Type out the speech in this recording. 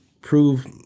prove